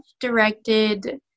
directed